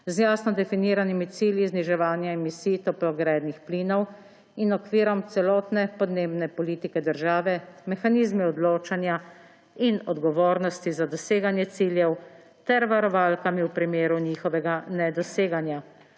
z jasno definiranimi cilji zniževanja emisij toplogrednih plinov in okvirom celotne podnebne politike države, z mehanizmi odločanja in odgovornosti za doseganje ciljev ter varovalkami v primeru njihovega nedoseganja,